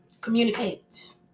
communicate